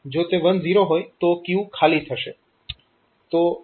જો તે 1 0 હોય તો ક્યુ ખાલી હશે